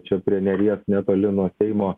čia prie neries netoli nuo seimo